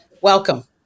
welcome